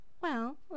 Well